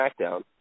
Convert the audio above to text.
SmackDown